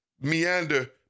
meander